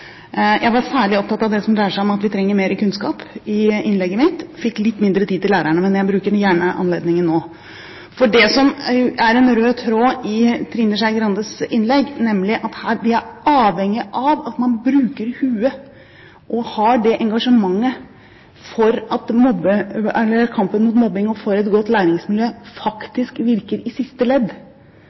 Jeg var i innlegget mitt særlig opptatt av det som dreier seg om at vi trenger mer kunnskap. Jeg fikk litt mindre tid til lærerne, men jeg bruker gjerne anledningen nå. Det som er en rød tråd i Trine Skei Grandes innlegg, er at vi er avhengig av at man bruker hodet og har det engasjementet som skal til for at kampen mot mobbing og for et godt læringsmiljø faktisk virker i siste ledd.